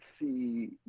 see